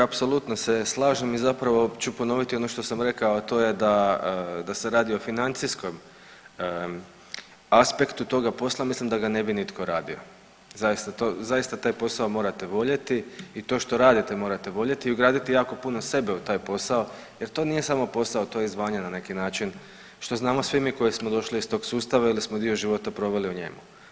Apsolutno se slažem i zapravo ću ponoviti ono što sam rekao, a to je da se radi o financijskom aspektu toga posla, mislim da ga ne bi nitko radio, zaista, taj posao morate voljeti i to što radite morate voljeti i ugraditi jako puno sebe u taj posao jer to nije samo posao, to je i zvanje na neki način, što znamo svi mi koji smo došli iz tog sustava ili smo dio života proveli u njemu.